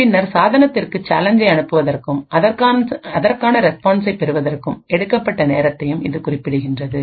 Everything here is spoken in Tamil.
பின்னர் சாதனத்திற்கு சேலஞ்சை அனுப்புவதற்கும் அதற்கான ரெஸ்பான்ஸைப் பெறுவதற்கும் எடுக்கப்பட்ட நேரத்தையும் இது குறிப்பிடுகிறது